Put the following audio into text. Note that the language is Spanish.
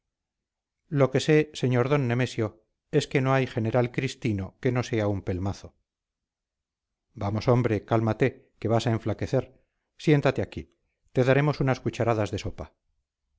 lo que sé sr d nemesio es que no hay general cristino que no sea un pelmazo vamos hombre cálmate que vas a enflaquecer siéntate aquí te daremos unas cucharadas de sopa